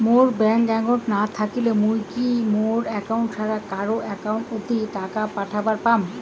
মোর bank account না থাকিলে মুই কি মোর একাউন্ট ছাড়া কারো একাউন্ট অত টাকা পাঠের পাম?